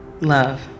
Love